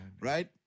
Right